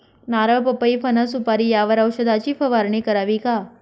नारळ, पपई, फणस, सुपारी यावर औषधाची फवारणी करावी का?